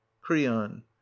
Creon